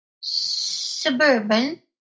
suburban